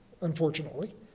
unfortunately